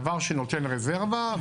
דבר שנותן רזרבה,